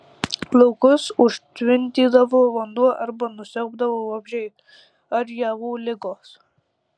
laukus užtvindydavo vanduo arba nusiaubdavo vabzdžiai ar javų ligos